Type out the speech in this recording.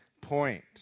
point